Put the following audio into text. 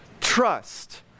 trust